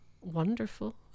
wonderful